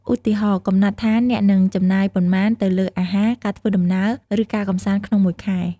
ឧទាហរណ៍ កំណត់ថាអ្នកនឹងចំណាយប៉ុន្មានទៅលើអាហារ ការធ្វើដំណើរ ឬការកម្សាន្តក្នុងមួយខែ។